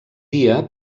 dia